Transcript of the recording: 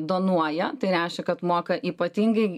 donuoja tai reiškia kad moka ypatingai